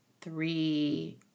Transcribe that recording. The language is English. three